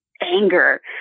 anger